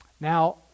Now